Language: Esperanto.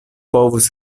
povus